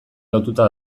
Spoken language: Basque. lotuta